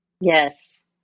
Yes